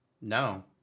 no